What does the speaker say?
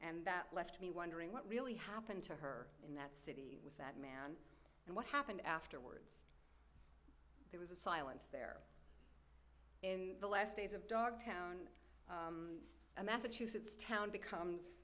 and that left me wondering what really happened to her in that city with that man and what happened afterward there was a silence there in the last days of dog town a massachusetts town becomes